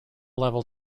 level